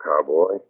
Cowboy